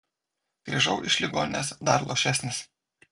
grįžau iš ligoninės dar luošesnis